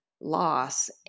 loss